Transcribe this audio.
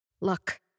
Look